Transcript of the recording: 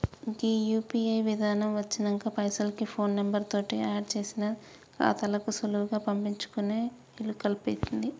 గీ UPI విధానం వచ్చినంక పైసలకి ఫోన్ నెంబర్ తోటి ఆడ్ చేసిన ఖాతాలకు సులువుగా పంపించుకునే ఇలుకల్పింది